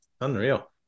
Unreal